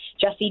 Jesse